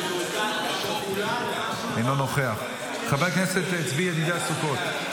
כהן, אינו נוכח, חבר הכנסת צבי ידידיה סוכות,